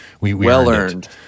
Well-earned